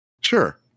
Sure